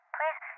Please